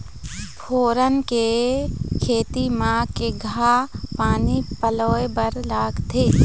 फोरन के खेती म केघा पानी पलोए बर लागथे?